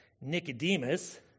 Nicodemus